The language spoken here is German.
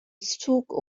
zug